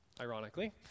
Ironically